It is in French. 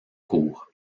cour